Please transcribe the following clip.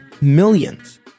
millions